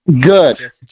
Good